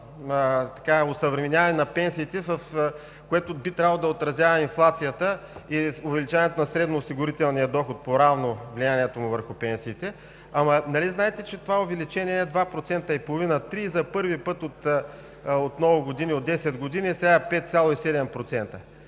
осъвременяване на пенсиите, което би трябвало да отразява инфлацията и увеличаването на средноосигурителния доход и поравно влиянието му върху пенсиите. Нали знаете, че това увеличение е 2,5 – 3% и за първи път от много години, от 10 години, сега е 5,7%?